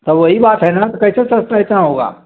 तो वही बात है ना तो कैसे सस पैसा होगा